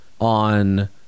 on